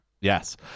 Yes